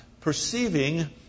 Perceiving